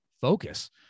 focus